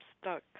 stuck